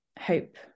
hope